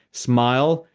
smile,